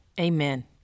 Amen